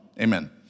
Amen